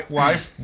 wife